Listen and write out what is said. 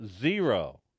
zero